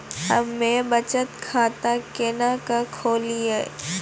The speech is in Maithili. हम्मे बचत खाता केना के खोलियै?